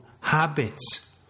habits